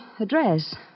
address